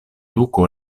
duko